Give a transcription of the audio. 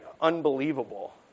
unbelievable